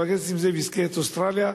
חבר הכנסת זאב הזכיר את אוסטרליה.